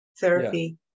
therapy